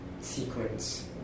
sequence